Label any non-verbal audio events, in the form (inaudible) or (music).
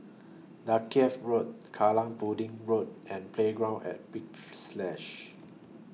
Dalkeith Road Kallang Pudding Road and Playground At Big (noise) Splash